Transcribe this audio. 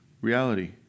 reality